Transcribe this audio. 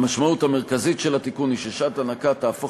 המשמעות המרכזית של התיקון היא ששעת הנקה תהפוך